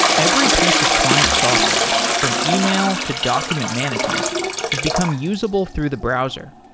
every piece of client software, from email, to document management has become usable through the browser.